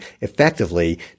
effectively